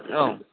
औ